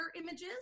images